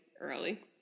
early